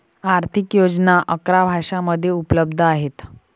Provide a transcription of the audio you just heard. आर्थिक योजना अकरा भाषांमध्ये उपलब्ध आहेत